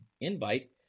invite